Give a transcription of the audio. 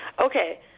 Okay